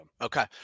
Okay